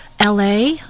LA